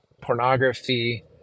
pornography